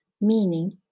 meaning